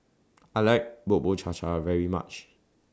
I like Bubur Cha Cha very much